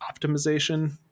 optimization